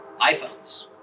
iPhones